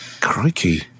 crikey